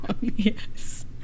yes